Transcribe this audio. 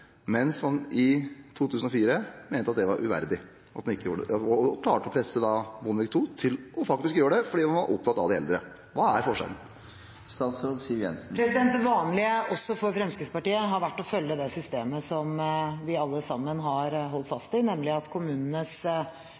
mens man i 2004 mente det var uverdig at man ikke gjorde det, og da klarte å presse Bondevik II til å gjøre det, fordi man var opptatt av de eldre? Hva er forskjellen? Det vanlige også for Fremskrittspartiet har vært å følge det systemet som vi alle har holdt fast ved, nemlig at kommunenes